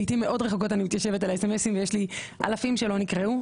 לעתים מאוד רחוקות אני מתיישבת לקרוא אותם ויש לי אלפים שלא נקראו.